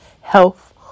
health